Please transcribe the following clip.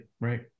right